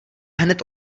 hned